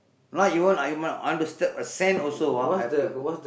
not even I am I want to step a sand also ah I have to go